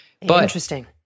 Interesting